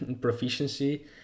proficiency